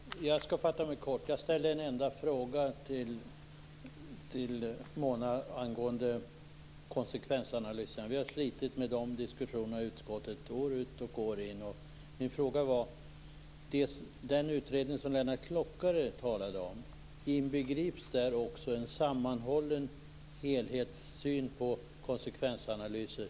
Fru talman! Till Mona Berglund Nilsson har jag ställt en enda fråga. Det gäller detta med konsekvensanalyser. År ut och år in har vi slitit med den frågan i utskottet. Lennart Klockare talade om en utredning. Inbegrips däri en sammanhållen helhetssyn på konsekvensanalyserna?